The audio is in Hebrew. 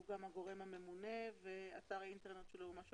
הוא גם הגורם הממונה ואתר האינטרנט שלו הוא של